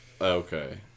Okay